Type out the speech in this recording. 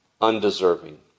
undeserving